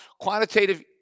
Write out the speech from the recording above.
quantitative